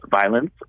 violence